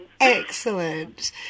Excellent